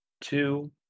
Two